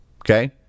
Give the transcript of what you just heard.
Okay